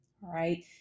right